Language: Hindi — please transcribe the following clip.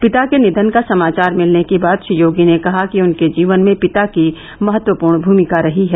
पिता के निधन का समाचार मिलने के बाद श्री योगी ने कहा कि उनके जीवन में पिता की महत्वपूर्ण भूमिका रही है